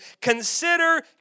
consider